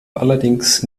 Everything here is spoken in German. allerdings